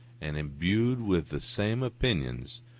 and imbued with the same opinions,